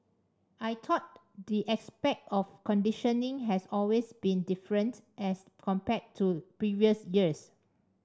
I thought the aspect of conditioning has always been different as compared to previous years